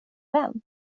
vän